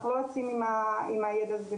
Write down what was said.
אנחנו לא יוצאים עם הידע הזה,